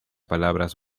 palabras